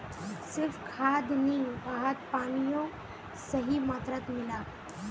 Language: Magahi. सिर्फ खाद नी वहात पानियों सही मात्रात मिला